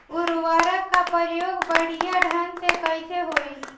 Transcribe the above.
उर्वरक क प्रयोग बढ़िया ढंग से कईसे होई?